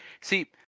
See